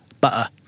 Butter